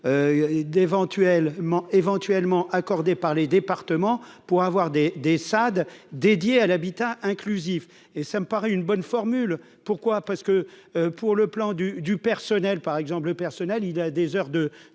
éventuellement accordées par les départements pour avoir des des Saad dédié à l'habitat inclusif et ça me paraît une bonne formule, pourquoi, parce que pour le plan du du personnel par exemple le personnel, il a des heures de